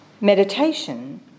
Meditation